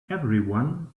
everyone